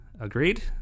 Agreed